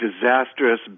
disastrous